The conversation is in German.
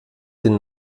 den